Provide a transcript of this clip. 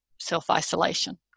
self-isolation